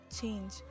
change